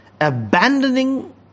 abandoning